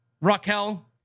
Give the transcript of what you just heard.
Raquel